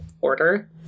order